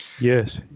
Yes